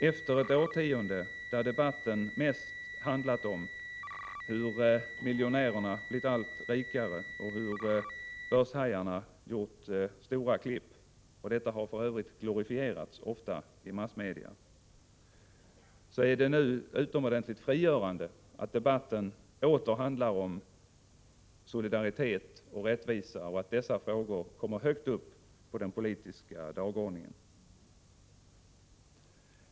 Efter ett årtionde då debatten mest har handlat om hur miljonärerna blivit allt rikare och hur börshajarna gjort stora klipp — detta har för övrigt ofta glorifierats i massmedia — är det nu utomordentligt frigörande att debatten åter handlar om solidaritet och rättvisa och att dessa frågor kommer högt upp på den politiska dagordningen.